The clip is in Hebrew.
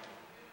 שר התחבורה.